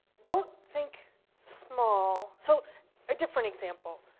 don't think small. so a different example.